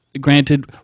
granted